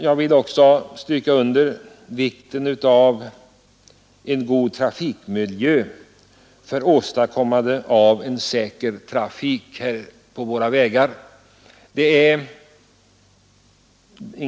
Jag vill också stryka under vikten av en god trafikmiljö för åstadkommande av säker trafik på våra vägar.